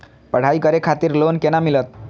पढ़ाई करे खातिर लोन केना मिलत?